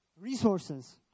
resources